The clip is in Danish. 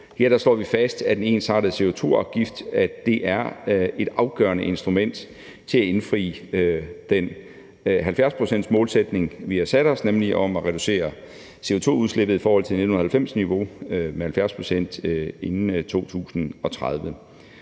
slår vi fast, at en ensartet CO2-afgift er et afgørende instrument til at indfri den 70-procentsmålsætning, vi har sat os, nemlig at reducere CO2-udslippet i forhold til 1990-niveau med 70 pct. inden 2030.